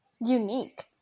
unique